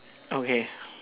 okay